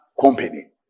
company